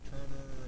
Turner